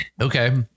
Okay